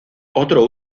otro